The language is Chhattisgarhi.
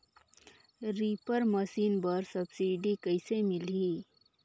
रीपर मशीन बर सब्सिडी कइसे मिलही?